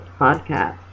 Podcast